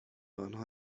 آنها